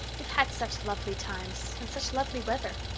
we've had such lovely times and such lovely weather.